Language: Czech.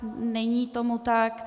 Není tomu tak.